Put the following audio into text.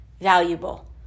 valuable